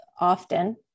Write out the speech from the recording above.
often